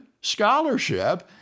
scholarship